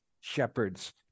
shepherds